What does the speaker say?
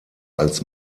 als